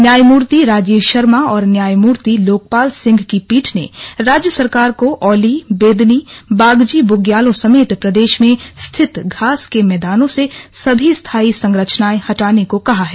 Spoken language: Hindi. न्यायमूर्ति राजीव शर्मा और न्यायमूर्ति लोकपाल सिंह की पीठ ने राज्य सरकार को औली बेदनी बागजी बुग्यालों समेत प्रदेश में स्थित घास के मैदानों से सभी स्थायी संरचनाए हटाने को कहा है